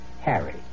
Harry